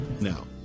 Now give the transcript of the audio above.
Now